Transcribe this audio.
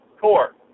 core